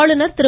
ஆளுநர் திரு